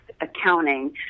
accounting